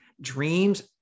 Dreams